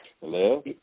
Hello